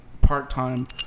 part-time